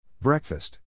Breakfast